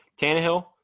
Tannehill